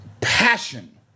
passion